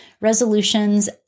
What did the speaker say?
Resolutions